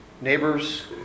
neighbors